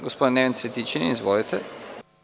Gospodin Neven Cvetićanin, izvolite.